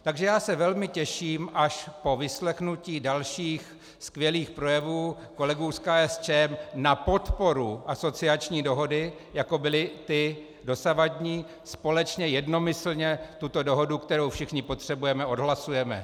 Takže já se velmi těším, až po vyslechnutí dalších skvělých projevů kolegů z KSČM na podporu asociační dohody, jako byly ty dosavadní, společně jednomyslně tuto dohodu, kterou všichni potřebujeme, odhlasujeme.